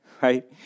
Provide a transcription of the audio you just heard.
right